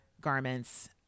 garments